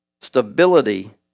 Stability